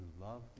love